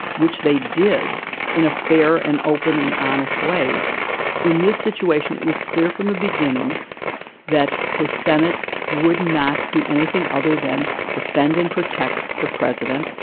which they did in a fair and open and honest way in this situation, it was clear from the beginning that the senate would not do anything other than defend and protect the president,